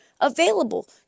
available